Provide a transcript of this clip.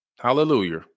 Hallelujah